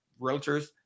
realtors